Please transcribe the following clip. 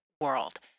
world